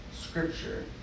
scripture